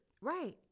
Right